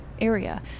area